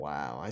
Wow